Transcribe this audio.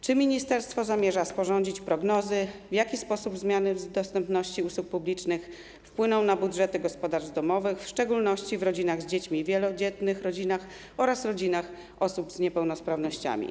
Czy ministerstwo zamierza sporządzić prognozy dotyczące tego, w jaki sposób zmiany dostępności usług publicznych wpłyną na budżety gospodarstw domowych, w szczególności w rodzinach z dziećmi, rodzinach wielodzietnych oraz rodzinach osób z niepełnosprawnościami?